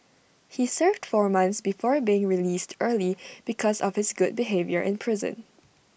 he served four months before being released early because of his good behaviour in prison